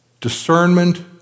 Discernment